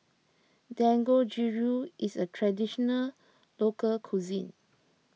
Dangojiru is a Traditional Local Cuisine